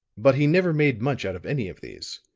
but he never made much out of any of these.